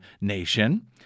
nation